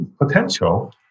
potential